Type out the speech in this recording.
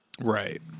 Right